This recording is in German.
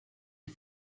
die